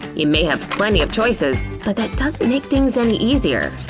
you may have plenty of choices but that doesn't make things any easier.